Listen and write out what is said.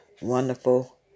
wonderful